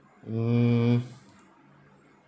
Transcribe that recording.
mm